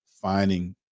finding